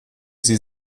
sie